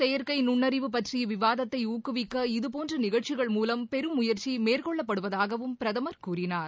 செயற்கை நுண்ணறிவு பற்றிய விவாதத்தை ஊக்குவிக்க இதுபோன்ற நிகழ்ச்சிகள் மூலம் பெரும் முயற்சி மேற்கொள்ளப்படுவதாகவும் பிரதமர் கூறினார்